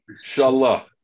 Inshallah